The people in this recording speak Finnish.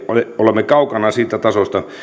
olemme kaukana siitä tasosta